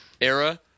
era